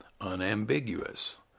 unambiguous